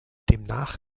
demnach